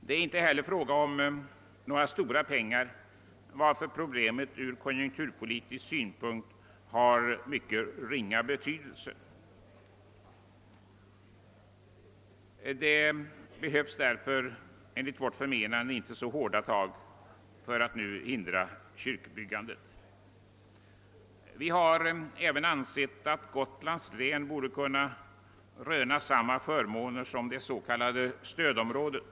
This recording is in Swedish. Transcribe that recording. Det är inte heller fråga om några stora pengar, varför problemet från konjunkturpolitisk synpunkt har mycket ringa betydelse. Det behövs därför enligt vårt förmenande inte så hårda tag för att hindra kyrkbyggandet. Vi har även ansett att Gotlands län borde kunna åtnjuta samma förmåner som det s.k. stödområdet.